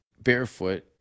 barefoot